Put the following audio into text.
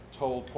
told